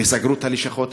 וסגרו את הלשכות,